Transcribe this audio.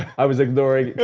i was ignoring